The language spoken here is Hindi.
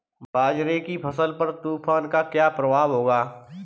बाजरे की फसल पर तूफान का क्या प्रभाव होगा?